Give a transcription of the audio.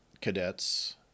cadets